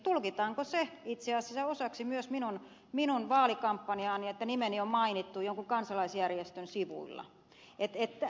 tulkitaanko se itse asiassa osaksi myös minun vaalikampanjaani että nimeni on mainittu jonkun kansalaisjärjestön sivuilla